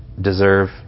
deserve